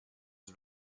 his